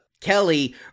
Kelly